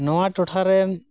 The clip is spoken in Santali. ᱱᱚᱣᱟ ᱴᱚᱴᱷᱟᱨᱮᱱ